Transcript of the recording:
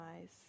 eyes